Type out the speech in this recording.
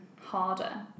harder